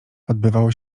odbywało